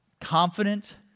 confident